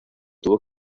tuvo